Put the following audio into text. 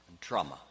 trauma